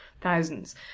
thousands